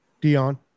Dion